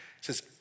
says